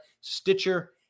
Stitcher